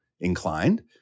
inclined